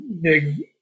big